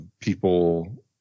people